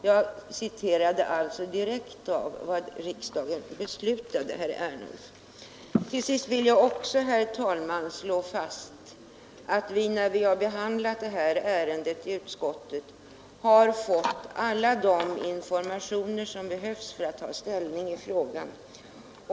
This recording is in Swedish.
Jag citerade alltså direkt vad riksdagen beslutade, herr Ernulf. Till sist vill jag, herr talman, slå fast att vi, när vi behandlat det här ärendet i utskottet, har fått alla de informationer som behövs för att ta ställning i frågan.